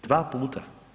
Dva puta.